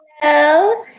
Hello